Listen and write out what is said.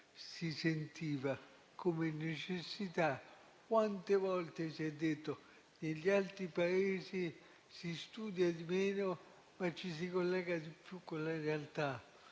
si sentiva come necessità. Quante volte si è detto che negli altri Paesi si studia di meno, ma ci si collega di più con la realtà?